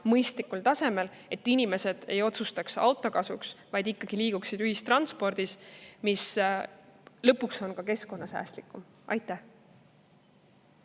mõistlikul tasemel, et inimesed ei otsustaks auto kasuks, vaid ikkagi liiguksid ühistranspordis. See on lõpuks ka keskkonnasäästlikum.